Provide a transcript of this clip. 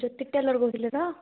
Jyoti Taylor କହୁଥିଲେ ତ